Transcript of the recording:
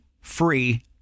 free